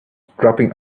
dropping